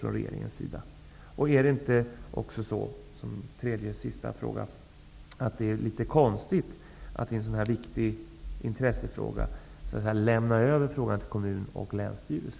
Är det dessutom inte litet konstigt att en sådan här viktig fråga så att säga lämnas över till kommuner och länsstyrelse?